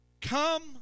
come